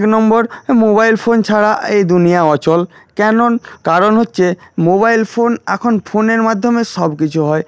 এক নম্বর mobile phone ছাড়া এই দুনিয়া অচল কেননা কারণ হচ্ছে মোবাইল ফোন এখন ফোনের মাধ্যমে সব কিছু হয়